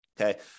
okay